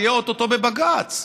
זה יהיה או-טו-טו בבג"ץ.